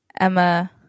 Emma